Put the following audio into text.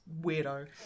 weirdo